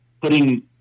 putting